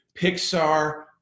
Pixar